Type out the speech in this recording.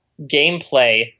gameplay